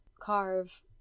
carve